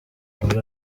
muri